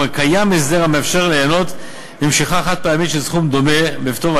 כבר קיים הסדר המאפשר ליהנות ממשיכה חד-פעמית של סכום דומה בפטור,